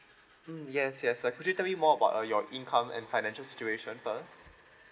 mm yes yes could you tell me more about your income and financial situation first